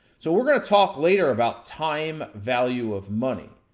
so, we're gonna talk later about time value of money.